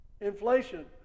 inflation